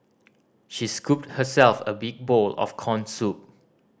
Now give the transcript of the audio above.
she scooped herself a big bowl of corn soup